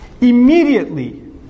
Immediately